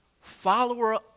follower